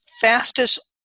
fastest